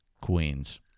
Queens